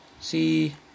See